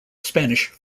spanish